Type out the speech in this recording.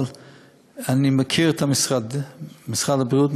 אבל אני מכיר את משרד הבריאות,